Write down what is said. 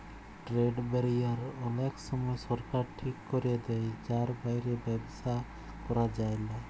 trade barrier অলেক সময় সরকার ঠিক ক্যরে দেয় যার বাইরে ব্যবসা ক্যরা যায়লা